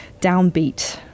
downbeat